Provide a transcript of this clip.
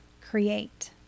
create